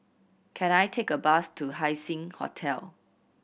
can I take a bus to Haising Hotel